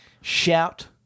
Shout